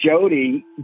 Jody